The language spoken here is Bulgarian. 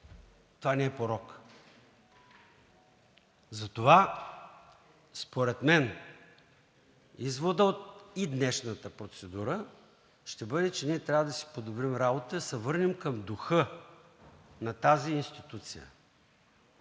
това не е порок. Затова според мен изводът от днешната процедура ще бъде, че ние трябва да си подобрим работата и да се върнем към духа на тази институция